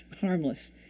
harmless